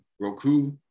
Roku